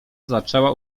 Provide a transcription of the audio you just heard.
zaczęła